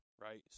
Right